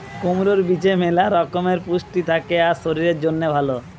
কুমড়োর বীজে ম্যালা রকমের পুষ্টি থাকে আর শরীরের জন্যে ভালো